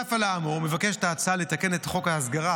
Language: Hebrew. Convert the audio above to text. נוסף על האמור, מבקשת ההצעה לתקן את חוק ההסגרה,